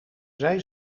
zij